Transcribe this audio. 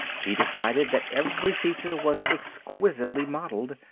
he decided that every feature was exquisitely modeled,